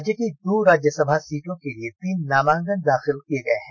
राज्य की दो राज्यसभा सीटों के लिए तीन नामांकन दाखिल किये गए हैं